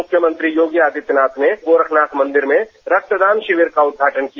मुख्यमंत्री योगी आदित्यनाथ ने गोरखनाथ मंदिर में रक्तदान शिविर का उद्घाटन किया